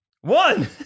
One